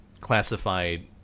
classified